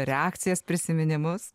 reakcijas prisiminimus